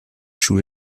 schule